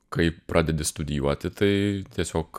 kai pradedi studijuoti tai tiesiog